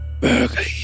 Berkeley